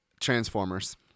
transformers